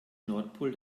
nordpol